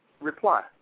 reply